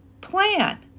plan